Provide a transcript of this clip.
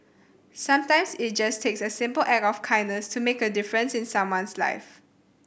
sometimes it just takes a simple act of kindness to make a difference in someone's life